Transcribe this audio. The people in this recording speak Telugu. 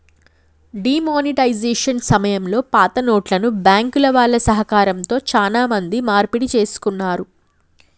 డీ మానిటైజేషన్ సమయంలో పాతనోట్లను బ్యాంకుల వాళ్ళ సహకారంతో చానా మంది మార్పిడి చేసుకున్నారు